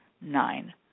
nine